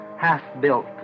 half-built